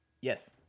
Yes